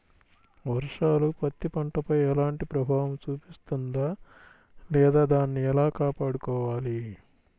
వర్షాలు పత్తి పంటపై ఎలాంటి ప్రభావం చూపిస్తుంద లేదా దానిని ఎలా కాపాడుకోవాలి?